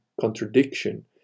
contradiction